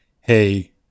hey